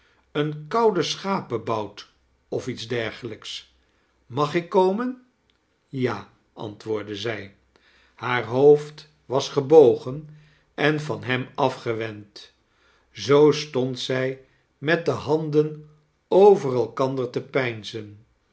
een koude schapebout of iets dergelijks mag ik komen ja antwoordde zij haar hoofd was gebogen en van hem afgewend zoo stand zij met de handen over elkander te